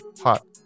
hot